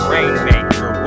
Rainmaker